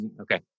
Okay